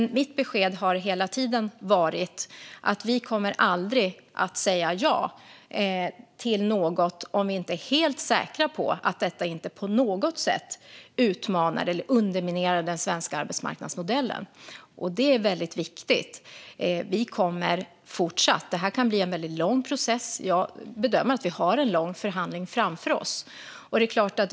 Mitt besked har dock hela tiden varit att vi aldrig kommer att säga ja till något om vi inte är helt säkra på att detta inte på något sätt utmanar eller underminerar den svenska arbetsmarknadsmodellen. Det är väldigt viktigt. Det här kan bli en väldigt lång process. Jag bedömer att vi har en lång förhandling framför oss.